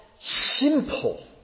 simple